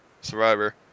Survivor